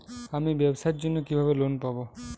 আমি ব্যবসার জন্য কিভাবে লোন পাব?